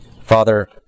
Father